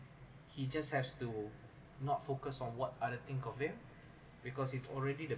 he just have to not focus on what other think of it because it's already the